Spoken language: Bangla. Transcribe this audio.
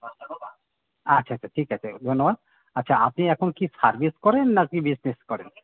আচ্ছা আচ্ছা ঠিক আছে ধন্যবাদ আচ্ছা আপনি এখন কি সার্ভিস করেন নাকি বিজনেস করেন